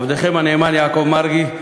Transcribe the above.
עבדכם הנאמן יעקב מרגי,